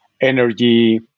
energy